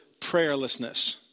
prayerlessness